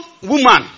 woman